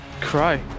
cry